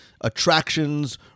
attractions